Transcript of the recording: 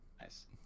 nice